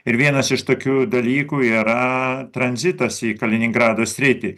ir vienas iš tokių dalykų yra tranzitas į kaliningrado sritį